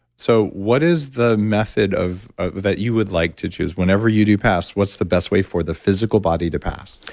so what is the method ah that you would like to choose? whenever you do pass, what's the best way for the physical body to pass?